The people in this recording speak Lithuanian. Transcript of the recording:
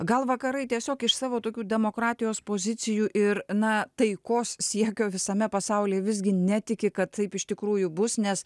gal vakarai tiesiog iš savo tokių demokratijos pozicijų ir na taikos siekio visame pasauly visgi netiki kad taip iš tikrųjų bus nes